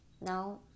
now